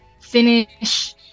finish